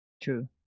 True